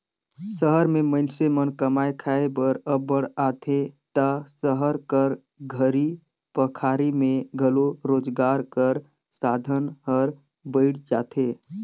सहर में मइनसे मन कमाए खाए बर अब्बड़ आथें ता सहर कर घरी पखारी में घलो रोजगार कर साधन हर बइढ़ जाथे